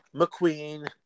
McQueen